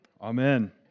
Amen